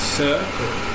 circle